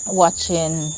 watching